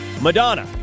Madonna